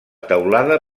teulada